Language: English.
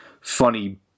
funny